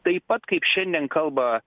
taip pat kaip šiandien kalba